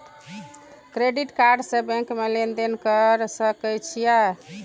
Credit card से bank में लेन देन कर सके छीये?